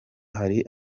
hari